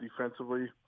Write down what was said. defensively